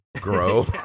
grow